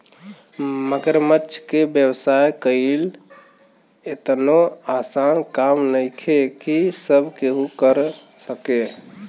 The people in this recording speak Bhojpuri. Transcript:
मगरमच्छ के व्यवसाय कईल एतनो आसान काम नइखे की सब केहू कर सके